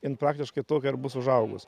jin praktiškai tokia ir bus užaugus